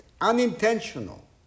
unintentional